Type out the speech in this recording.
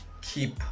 keep